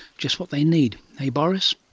just what they need, hey boris?